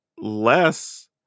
less